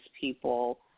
people